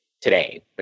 today